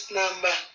number